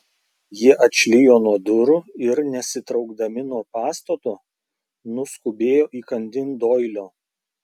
jie atšlijo nuo durų ir nesitraukdami nuo pastato nuskubėjo įkandin doilio